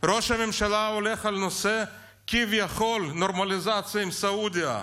ראש הממשלה הולך על הנושא של כביכול נורמליזציה עם סעודיה,